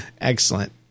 excellent